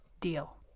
deal